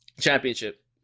Championship